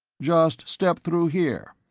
just step through here.